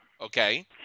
Okay